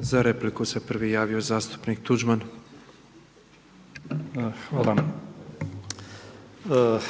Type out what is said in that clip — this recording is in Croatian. Za repliku se prvi javio zastupnik Tuđman. **Tuđman, Miroslav (HDZ)** Hvala.